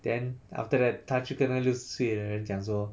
then after that 他去那个六十岁的人讲说